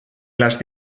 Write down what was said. las